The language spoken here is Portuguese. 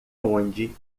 onde